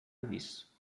disso